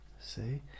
See